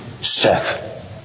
Seth